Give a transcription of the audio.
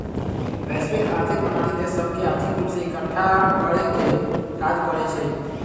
वैश्विक आर्थिक प्रणाली देश सभके आर्थिक रूप से एकठ्ठा करेके काज करइ छै